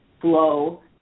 flow